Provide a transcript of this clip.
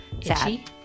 Itchy